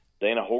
Dana